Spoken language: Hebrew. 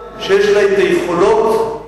חבר הכנסת אלדד, הערת.